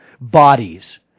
bodies